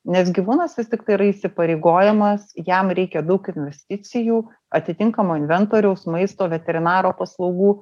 nes gyvūnas vis tiktai yra įsipareigojimas jam reikia daug investicijų atitinkamo inventoriaus maisto veterinaro paslaugų